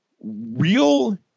real